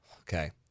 Okay